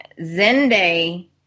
Zenday